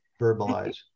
verbalize